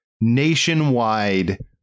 nationwide